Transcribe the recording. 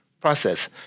process